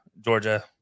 Georgia